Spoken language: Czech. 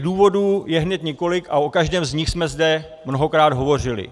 Důvodů je hned několik a o každém z nich jsme zde mnohokrát hovořili.